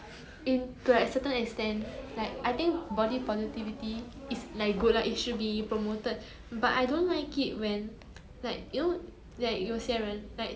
mm